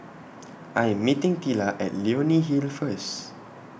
I Am meeting Tilla At Leonie Hill First